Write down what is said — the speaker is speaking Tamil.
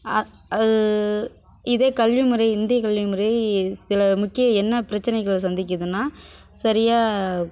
அது இதே கல்வி முறை இந்திய கல்விமுறை சில முக்கிய என்ன பிரச்சனைகள் சந்திக்கிதுன்னா சரியா